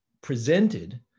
presented